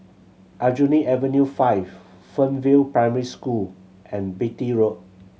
Aljunied Avenue Five Fernvale Primary School and Beatty Road